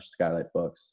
skylightbooks